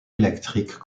électriques